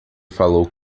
falou